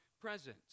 presence